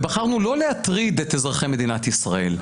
ובחרנו לא להטריד את אזרחי מדינת ישראל,